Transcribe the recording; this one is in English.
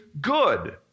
good